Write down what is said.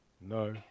no